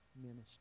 ministry